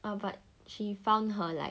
!wah! but she found her like